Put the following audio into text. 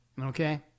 Okay